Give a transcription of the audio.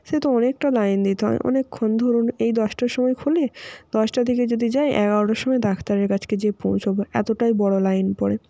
সেহেতু অনেকটা লাইন দিতে হয় অনেকক্ষণ ধরুন এই দশটার সময় খোলে দশটা থেকে যদি যাই এগারোটার সময় ডাক্তারের কাছকে যেয়ে পৌঁছাব এতটাই বড় লাইন পড়ে